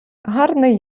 гарний